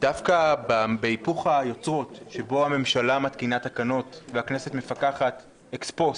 דווקא בהיפוך היוצרות שבו הממשלה מתקינה תקנות והכנסת מפקחת אקס-פוסט,